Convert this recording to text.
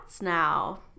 now